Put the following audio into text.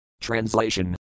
Translation